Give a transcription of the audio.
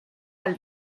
ahal